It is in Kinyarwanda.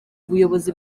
ubuyobozi